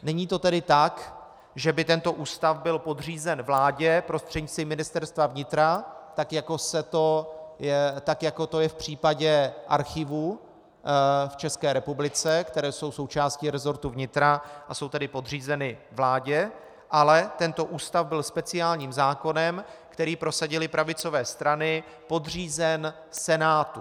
Není to tedy tak, že by tento ústav byl podřízen vládě prostřednictvím Ministerstva vnitra, tak jako to je v případě archivů v České republice, které jsou součástí resortu vnitra, a jsou tedy podřízeny vládě, ale tento ústav byl speciálním zákonem, který prosadily pravicové strany, podřízen Senátu.